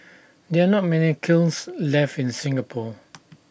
there are not many kilns left in Singapore